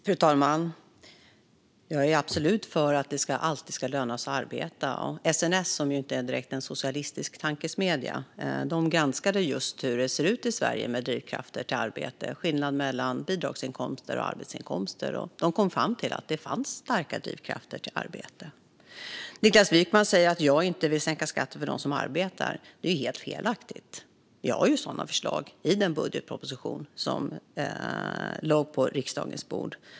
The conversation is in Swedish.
Fru talman! Jag är absolut för att det alltid ska löna sig att arbeta. SNS, som inte direkt är en socialistisk tankesmedja, granskade just hur det ser ut i Sverige med drivkrafter till arbete och skillnader mellan bidragsinkomster och arbetsinkomster. De kom fram till att det fanns starka drivkrafter till arbete. Niklas Wykman säger att jag inte vill sänka skatten för dem som arbetar. Det är helt felaktigt. Vi har ju sådana förslag i den budgetproposition som lades på riksdagens bord.